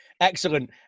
Excellent